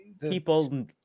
people